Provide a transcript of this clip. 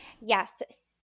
Yes